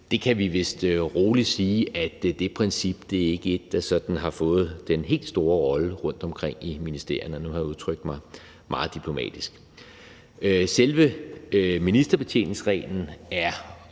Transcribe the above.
kan vi vist rolig sige ikke er et, der sådan har fået den helt store rolle rundtomkring i ministerierne, og nu har jeg udtrykt mig meget diplomatisk. Selve ministerbetjeningsreglen har